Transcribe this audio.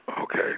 Okay